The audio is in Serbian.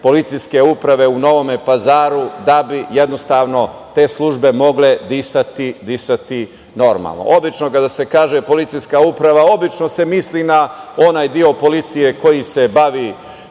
policijske uprave u Novom Pazaru da bi te službe mogle disati normalno. Kada se kaže policijska uprava, obično se misli na onaj deo policije koji se bavi